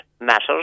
Matters